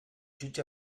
jutge